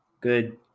good